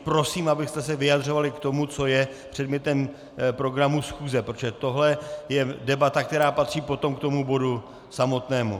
Prosím, abyste se vyjadřovali k tomu, co je předmětem programu schůze, protože tohle je debata, která patří potom k tomu bodu samotnému.